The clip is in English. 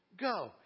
go